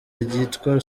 ryitwa